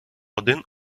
один